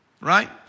right